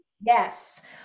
Yes